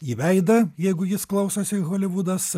į veidą jeigu jis klausosi holivudas